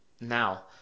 Now